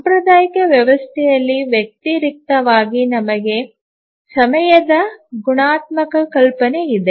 ಸಾಂಪ್ರದಾಯಿಕ ವ್ಯವಸ್ಥೆಯಲ್ಲಿ ವ್ಯತಿರಿಕ್ತವಾಗಿ ನಮಗೆ ಸಮಯದ ಗುಣಾತ್ಮಕ ಕಲ್ಪನೆ ಇದೆ